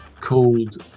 called